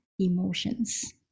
emotions